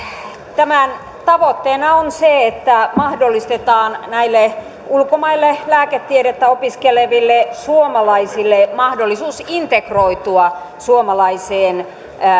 tämän tavoitteena on se että mahdollistetaan näille ulkomailla lääketiedettä opiskeleville suomalaisille mahdollisuus integroitua suomalaiseen